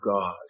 God